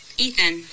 Ethan